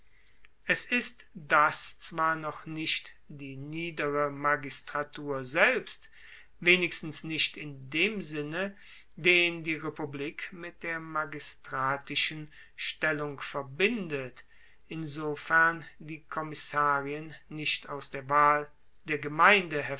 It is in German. es ist das zwar noch nicht die niedere magistratur selbst wenigstens nicht in dem sinne den die republik mit der magistratischen stellung verbindet insofern die kommissarien nicht aus der wahl der gemeinde